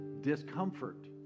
Discomfort